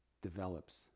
develops